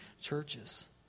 churches